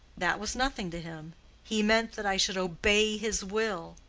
that was nothing to him he meant that i should obey his will.